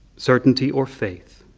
certainty, or faith,